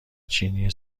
چینی